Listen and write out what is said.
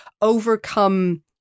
overcome